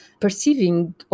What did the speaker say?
perceiving